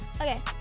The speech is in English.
Okay